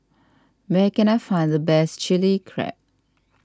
where can I find the best Chilli Crab